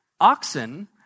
oxen